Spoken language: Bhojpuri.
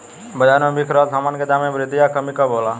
बाज़ार में बिक रहल सामान के दाम में वृद्धि या कमी कब होला?